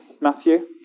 Matthew